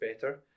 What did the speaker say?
better